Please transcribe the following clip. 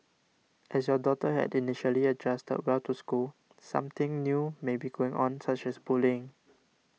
as your daughter had initially adjusted well to school something new may be going on such as bullying